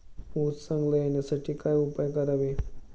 ऊस चांगला येण्यासाठी काय उपाय करावे?